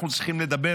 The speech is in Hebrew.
אנחנו צריכים לדבר